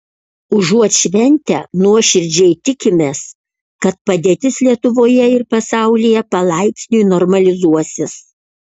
užuot šventę nuoširdžiai tikimės kad padėtis lietuvoje ir pasaulyje palaipsniui normalizuosis